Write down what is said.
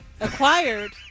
acquired